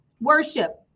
worship